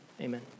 amen